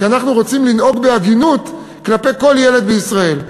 כי אנחנו רוצים לנהוג בעדינות כלפי כל ילד בישראל.